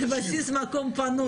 על בסיס מקום פנוי.